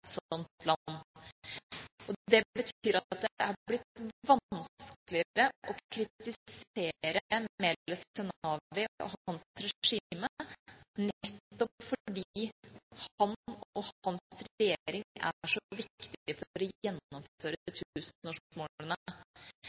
Det betyr at det har blitt vanskeligere å kritisere Meles Zenawi og hans regime nettopp fordi han og hans regjering er så viktige for å gjennomføre tusenårsmålene.